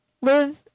live